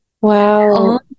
Wow